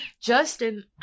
Justin